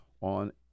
On